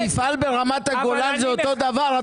מפעל ברמת הגולן זה אותו דבר?